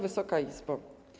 Wysoka Izbo!